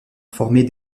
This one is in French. formée